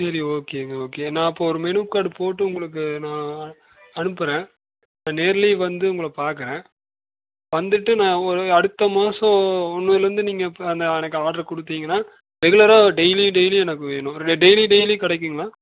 சரி ஓகேங்க ஓகே நான் அப்போ ஒரு மெனு கார்டு போட்டு உங்களுக்கு நான் அனுப்புகிறேன் நான் நேர்லேயும் வந்து உங்களை பார்க்கறேன் வந்துட்டு நான் ஒரு அடுத்த மாதம் இன்னிலருந்து நீங்கள் இப்போ எனக்கு ஆர்டர் கொடுத்தீங்கனா ரெகுலராக டெய்லி டெய்லி எனக்கு வேணும் இதில் டெய்லி டெய்லி கிடைக்குமா